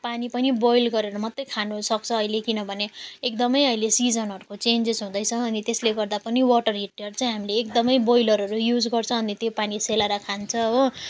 पानी पनि बोइल गरेर मात्र खानु सक्छ अहिले किनभने एकदम अहिले सिजनहरूको चेन्जेस हुँदैछ अनि त्यसले गर्दा पनि वाटर हिटर चाहिँ हामीले एकदम ब्रोइलरहरू युज गर्छ अनि त्यो पानी सेलाएर खान्छ हो